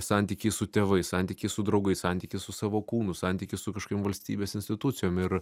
santykiai su tėvais santykiai su draugais santykis su savo kūnu santykis su kažkokiom valstybės institucijom ir